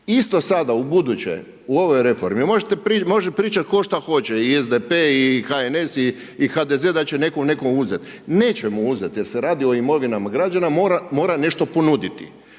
Isto sada, u buduće u ovoj reformi može pričat tko šta hoće i SDP, HNS, HDZ da će netko nekom uzet, neće mu uzet jer se radi o imovinama građana, mora nešto ponuditi.